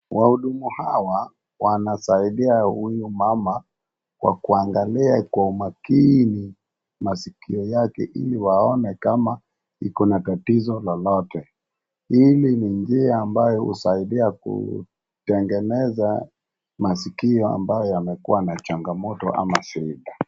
Wahudumu hawa wanasaidia huyu mama kwa kuangalia kwa umakini masikio yake ili waone kama iko na tatizo lolote. Hili ni njia ambayo husaidia kutengeneza maskio ambayo yamekuwa na changamoto ama shida.